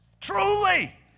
Truly